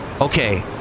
okay